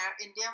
India